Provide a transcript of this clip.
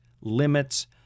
limits